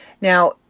Now